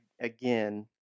again